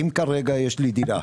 אם כרגע יש לי דירה,